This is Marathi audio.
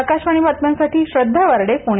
आकाशवाणीच्या बातम्यांसाठी श्रद्धा वार्डे प्रणे